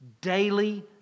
Daily